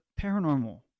paranormal